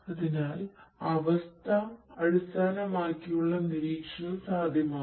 അതിനാൽ അവസ്ഥ അടിസ്ഥാനമാക്കിയുള്ള നിരീക്ഷണം സാധ്യമാകും